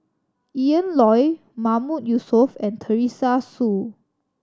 Ian Loy Mahmood Yusof and Teresa Hsu